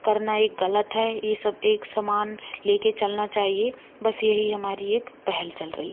करना ये गलत है ये सब एक समान लेके चलना चाहिए बस यही हमारी एक पहल चल रही